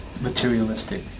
materialistic